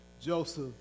Joseph